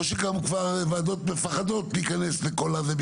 או שגם כבר וועדות מפחדות להיכנס לכל התהליך,